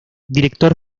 director